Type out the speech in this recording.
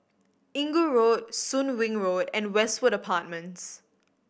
Inggu Road Soon Wing Road and Westwood Apartments